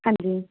ਹਾਂਜੀ